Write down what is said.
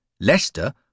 Leicester